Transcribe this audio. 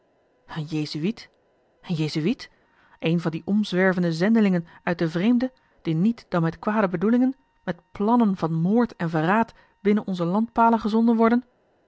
jezuïet een jezuïet een van die omzwervende zendelingen uit den vreemde die niet dan met kwade bedoelingen met plannen van moord en verraad binnen onze landpalen gezonden worden